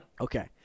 Okay